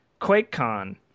QuakeCon